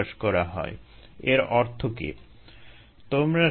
আমি আশা করি তোমরা এগুলো দেখেছো ভিডিওগুলো বেশ কৌতুহলোদ্দীপক